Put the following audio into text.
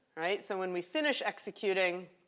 so when we finish executing